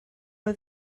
nhw